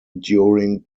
during